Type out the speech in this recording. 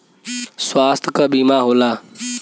स्वास्थ्य क बीमा होला